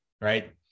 right